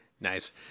nice